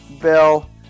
Bill